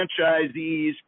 franchisees